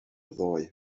ddoe